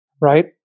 right